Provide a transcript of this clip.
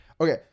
Okay